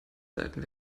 seiten